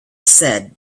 said